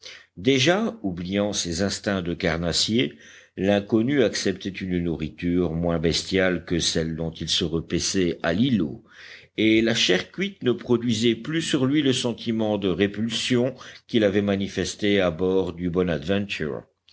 déjà oubliant ses instincts de carnassier l'inconnu acceptait une nourriture moins bestiale que celle dont il se repaissait à l'îlot et la chair cuite ne produisait plus sur lui le sentiment de répulsion qu'il avait manifesté à bord du